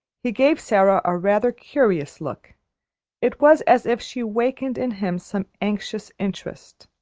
he gave sara a rather curious look it was as if she wakened in him some anxious interest.